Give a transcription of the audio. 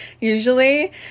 usually